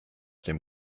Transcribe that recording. dem